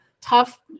tough